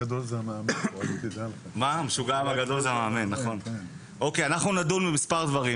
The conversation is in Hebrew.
אנחנו נדון במספר דברים